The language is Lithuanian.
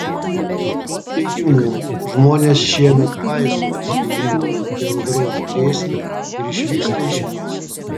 jo teigimu žmonės šiemet paiso įspėjimų apie audros grėsmę ir išvyksta iš miesto